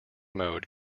mode